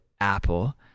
Apple